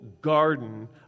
garden